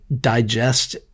digest